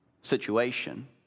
situation